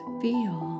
feel